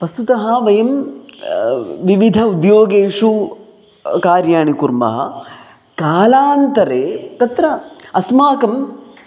वस्तुतः वयं विविध उद्योगेषु कार्याणि कुर्मः कालान्तरे तत्र अस्माकम्